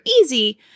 easy